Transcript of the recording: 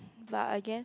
but I guess